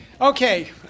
Okay